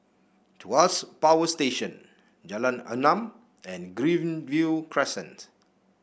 Tuas Power Station Jalan Enam and Greenview Crescent